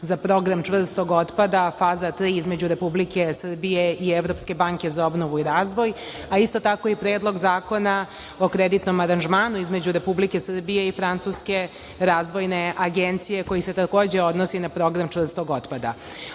za program čvrstog otpada, faza tri, između Republike Srbije i Evropske banke za obnovu i razvoj, a isto tako i Predlog zakona o kreditnom aranžmanu između Republike Srbije i Francuske razvojne agencije, koji se takođe odnosi na program čvrstog otpada. Ovi